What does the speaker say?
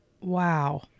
Wow